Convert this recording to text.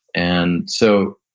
and so,